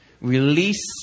Release